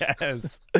yes